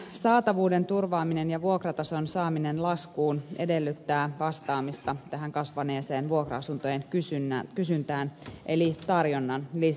työvoiman saatavuuden turvaaminen ja vuokratason saaminen laskuun edellyttää vastaamista tähän kasvaneeseen vuokra asuntojen kysyntään eli tarjonnan lisäämistä